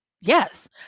Yes